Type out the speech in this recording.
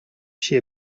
she